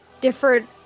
different